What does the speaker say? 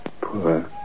poor